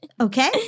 Okay